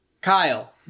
Kyle